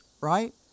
right